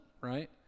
right